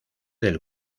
del